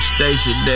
Station